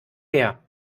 her